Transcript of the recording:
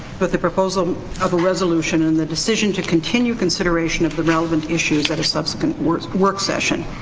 but the proposal of a resolution and the decision to continue consideration of the relevant issues at a subsequent work work session.